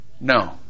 No